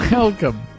Welcome